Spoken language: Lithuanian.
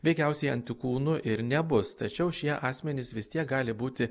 veikiausiai antikūnų ir nebus tačiau šie asmenys vis tiek gali būti